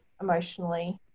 emotionally